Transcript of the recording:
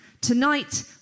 Tonight